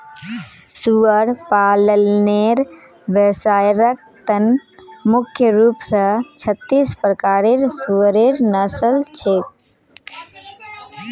सुअर पालनेर व्यवसायर त न मुख्य रूप स छत्तीस प्रकारेर सुअरेर नस्ल छेक